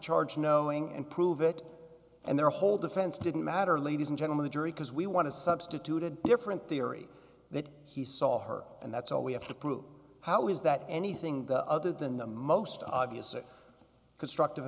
charge knowing and prove it and their whole defense didn't matter ladies and gentlemen the jury because we want to substitute a different theory that he saw her and that's all we have to prove how is that anything the other than the most obvious it construct